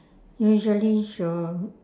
usually she will